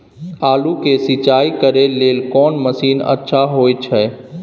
आलू के सिंचाई करे लेल कोन मसीन अच्छा होय छै?